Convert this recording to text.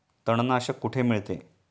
तणनाशक कुठे मिळते?